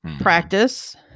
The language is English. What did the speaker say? practice